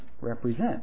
represent